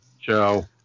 Joe